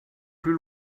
plus